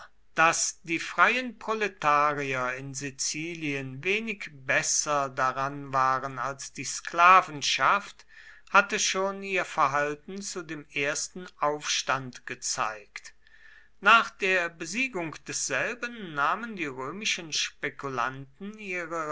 daß die freien proletarier in sizilien wenig besser daran waren als die sklavenschaft hatte schon ihr verhalten zu dem ersten aufstand gezeigt nach der besiegung desselben nahmen die römischen spekulanten